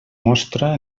mostra